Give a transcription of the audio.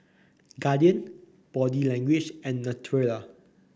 Guardian Body Language and Naturel